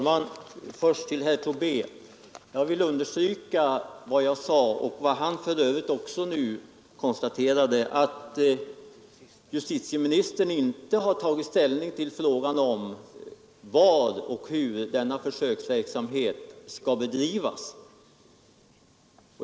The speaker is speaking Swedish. Herr talman! Jag vill understryka att jag tidigare framhöll att — och det konstaterade nu även herr Tobé — justitieministern inte tagit ställning till frågan var och hur denna försöksverksamhet skall bedrivas.